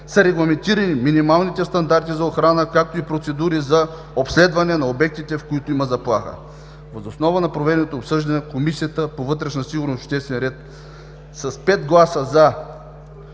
са регламентирани минималните стандарти за охрана, както и процедура за обследване на обектите, в които има заплаха. Въз основа на проведеното обсъждане Комисията по вътрешна